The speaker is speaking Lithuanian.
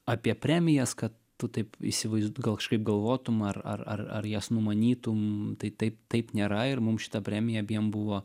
apie premijas kad tu taip įsivaizd gal kažkaip galvotum ar ar ar ar jas numanytum tai taip taip nėra ir mum šita premija abiem buvo